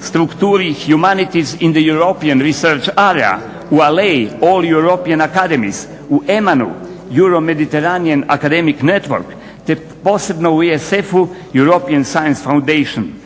strukturi Humanities in the European Research Area, u ALLEA-i All European Academies, u EMAN-u Euro Mediterranean Academic Network te posebno u ESF-u European Sciencis Foundation,